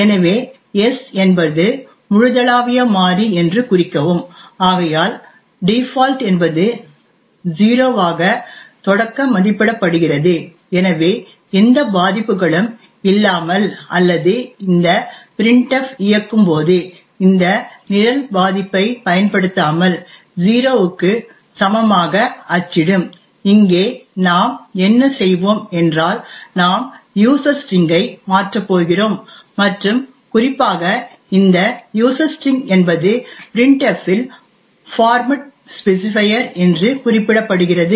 எனவே s என்பது முழுதளாவிய மாறி என்று குறிக்கவும் ஆகையால் டிபால்ட் என்பது 0 வாக தொடக்க மதிப்பிடப்படுகிறது எனவே எந்தபாதிப்புகளும் இல்லாமல் அல்லது இந்த printf இயக்கும் போது இந்த நிரல் பாதிப்பை பயன்படுத்தாமல் 0 க்கு சமமாக அச்சிடும் இங்கே நாம் என்ன செய்வோம் என்றால் நாம் யூசர் ஸ்டிரிங் ஐ மாற்றப் போகிறோம் மற்றும் குறிப்பாக இந்த யூசர் ஸ்டிரிங் என்பது printf இல் பார்மேட் ஸ்பெசிபையர் என்று குறிப்பிடப்படுகிறது